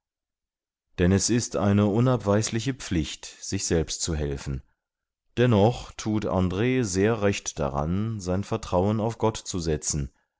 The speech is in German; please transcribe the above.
denn es ist eine unabweisliche pflicht sich selbst zu helfen dennoch thut andr sehr recht daran sein vertrauen auf gott zu setzen